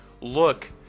look